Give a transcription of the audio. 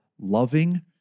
loving